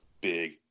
big